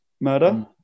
murder